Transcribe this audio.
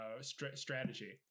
strategy